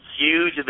huge